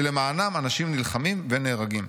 שלמענם אנשים נלחמים ונהרגים'.